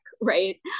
right